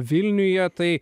vilniuje tai